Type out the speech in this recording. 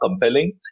compelling